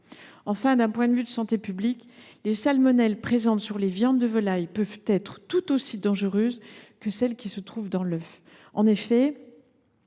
Enfin, d’un point de vue de santé publique, les salmonelles présentes sur les viandes de volaille peuvent être tout aussi dangereuses que celles qui se trouvent dans les œufs. Ainsi,